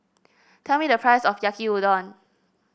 tell me the price of Yaki Udon